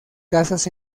casas